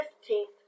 fifteenth